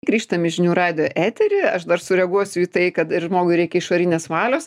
grįžtam į žinių radijo eterį aš dar sureaguosiu į tai kad ir žmogui reikia išorinės valios